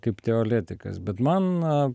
kaip teoletikas bet man